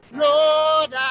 lord